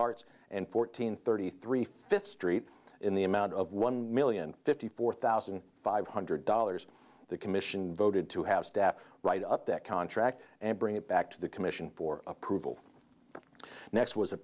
arts and fourteen thirty three fifth street in the amount of one million fifty four thousand five hundred dollars the commission voted to have staff write up that contract and bring it back to the commission for approval next was a